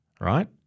right